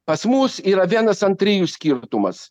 pas mus yra vienas ant trijų skirtumas